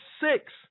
six